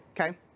Okay